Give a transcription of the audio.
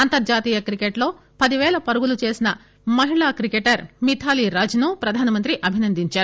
అంతర్హాతీయ క్రికెట్లో పది పేల పరుగులు చేసిన మహిళా క్రికెటర్ మిథాతీ రాజ్ ను ప్రధానమంత్రి అభినందించారు